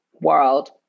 world